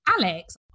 Alex